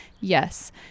yes